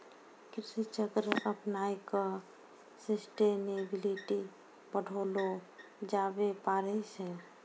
कृषि चक्र अपनाय क सस्टेनेबिलिटी बढ़ैलो जाबे पारै छै